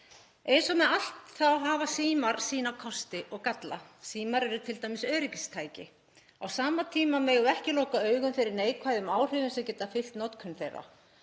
Eins og með allt hafa símar sína kosti og galla. Símar eru t.d. öryggistæki. Á sama tíma megum við ekki loka augunum fyrir neikvæðum áhrifum sem geta fylgt notkun þeirra.